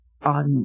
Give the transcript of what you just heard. on